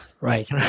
Right